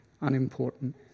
unimportant